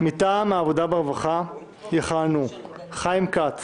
מטעם ועדת העבודה והרווחה יכהנו חיים כץ